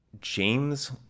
james